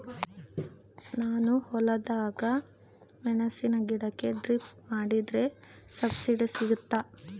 ನಾನು ಹೊಲದಾಗ ಮೆಣಸಿನ ಗಿಡಕ್ಕೆ ಡ್ರಿಪ್ ಮಾಡಿದ್ರೆ ಸಬ್ಸಿಡಿ ಸಿಗುತ್ತಾ?